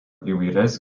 įvairias